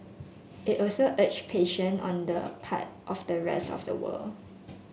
it also urged patience on the part of the rest of the world